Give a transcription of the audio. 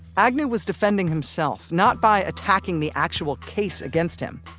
agnew was defending himself not by attacking the actual case against him,